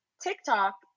TikTok